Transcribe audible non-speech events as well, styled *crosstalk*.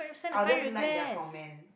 *breath* I will just like their comment